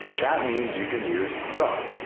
that means you can use the